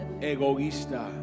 egoísta